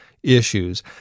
issues